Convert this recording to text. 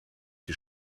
die